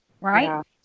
right